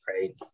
Right